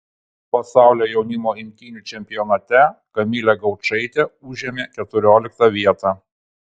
pasaulio jaunimo imtynių čempionate kamilė gaučaitė užėmė keturioliktą vietą